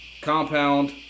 Compound